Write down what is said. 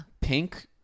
Pink